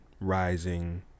rising